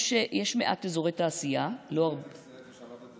יש מעט אזורי תעשייה, לא הרבה, זה שלכם?